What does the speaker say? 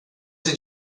did